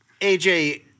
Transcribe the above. AJ